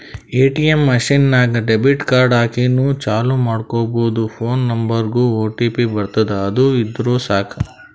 ATM machine ನಾಗ್ debit card ಹಾಕಿನೂ ಚಾಲೂ ಮಾಡ್ಕೊಬೋದು ಫೋನ್ ನಂಬರ್ಗ್ ಒಟಿಪಿ ಬರ್ತುದ್ ಅದು ಇದ್ದುರ್ ಸಾಕು